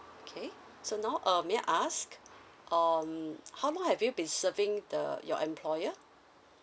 okay so now uh may I ask um how long have you been serving the your employer